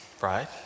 right